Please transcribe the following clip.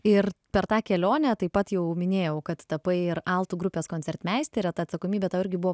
ir per tą kelionę taip pat jau minėjau kad tapai ir altų grupės koncertmeistere ta atsakomybė tau irgi buvo